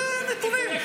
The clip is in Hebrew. זה נתונים.